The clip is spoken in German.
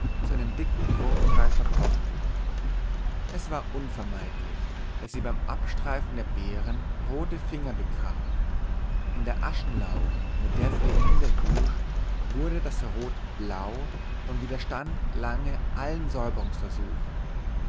zu einem dicken fruchtbrei verkochte es war unvermeidlich daß sie beim abstreifen der beeren rote finger bekam in der aschenlauge mit der sie die hände wusch wurde das rot blau und widerstand lange allen säuberungsversuchen